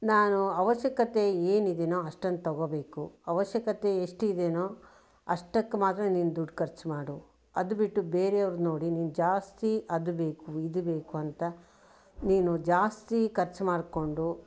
ನಾನು ಅವಶ್ಯಕತೆ ಏನಿದೆಯೋ ಅಷ್ಟನ್ನು ತಗೊಬೇಕು ಅವಶ್ಯಕತೆ ಎಷ್ಟಿದೆಯೋ ಅಷ್ಟಕ್ಕೆ ಮಾತ್ರ ನೀನು ದುಡ್ಡು ಖರ್ಚು ಮಾಡು ಅದು ಬಿಟ್ಟು ಬೇರೆಯವರ ನೋಡಿ ನೀನು ಜಾಸ್ತಿ ಅದು ಬೇಕು ಇದು ಬೇಕು ಅಂತ ನೀನು ಜಾಸ್ತಿ ಖರ್ಚು ಮಾಡಿಕೊಂಡು